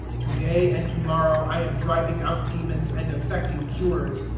to-day and to-morrow i am driving out demons and effecting cures,